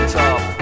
top